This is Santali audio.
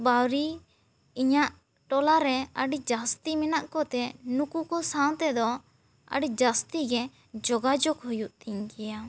ᱵᱟᱣᱨᱤ ᱤᱧᱟᱹᱜ ᱴᱚᱞᱟ ᱨᱮ ᱟᱹᱰᱤ ᱡᱟᱹᱥᱛᱤ ᱢᱮᱱᱟᱜ ᱠᱚᱛᱮ ᱱᱩᱠᱩ ᱠᱚ ᱥᱟᱶ ᱛᱮᱫᱚ ᱟᱹᱰᱤ ᱡᱟᱥᱛᱤ ᱜᱮ ᱡᱚᱜᱟᱡᱚᱜᱽ ᱫᱚ ᱦᱩᱭᱩᱜ ᱛᱤᱧ ᱜᱤᱭᱟ